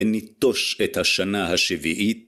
ניטוש את השנה השביעית.